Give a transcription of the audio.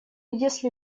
если